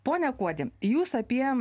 pone kuodi jūs apie